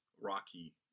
rocky